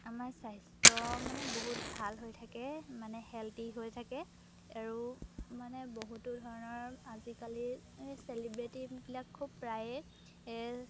আমাৰ স্বাস্থ্য মানে বহুত ভাল হৈ থাকে মানে হেল্ডি হৈ থাকে আৰু মানে বহুতো ধৰণৰ আজিকালি সেই চেলিব্ৰেটিবিলাক খুব প্ৰায়ে